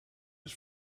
his